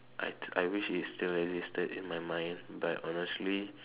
I I wish it's still registered in my mind but honestly